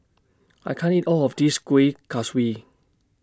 I can't eat All of This Kueh Kaswi